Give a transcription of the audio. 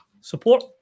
support